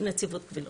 נציבות קבילות.